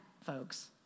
folks